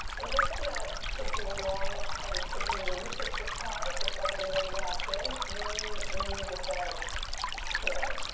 if it's gonna take you as long as it's taken you to research this car to start getting ready to have kids, we need to start today.